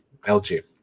LG